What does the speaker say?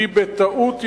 בטעות יסודו,